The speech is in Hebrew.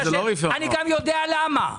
אני גם יודע למה.